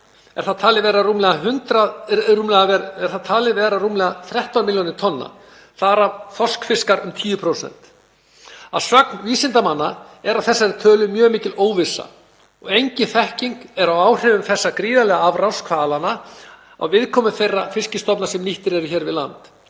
er það talið vera rúmlega 13 milljónir tonna, þar af þorskfiskar um 10%. Að sögn vísindamanna er á þessari tölu mjög mikil óvissa og engin þekking er á áhrifum þessa gríðarlega afráns hvalanna á viðkomu þeirra fiskstofna sem nýttir eru hér við land.